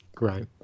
Right